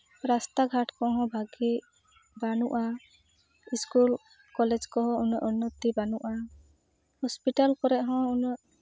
ᱨᱟᱥᱛᱟ ᱜᱷᱟᱴ ᱠᱚᱦᱚᱸ ᱵᱷᱟᱹᱜᱤ ᱵᱟᱹᱱᱩᱜᱼᱟ ᱤᱥᱠᱩᱞ ᱠᱚᱞᱮᱡᱽ ᱠᱚᱦᱚᱸ ᱩᱱᱟᱹᱜ ᱩᱱᱱᱚᱛᱤ ᱵᱟᱹᱱᱩᱜᱼᱟ ᱦᱚᱥᱯᱤᱴᱟᱞ ᱠᱚᱨᱮ ᱦᱚᱸ ᱩᱱᱟᱹᱜ